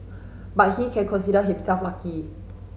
but he can consider himself lucky